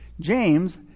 James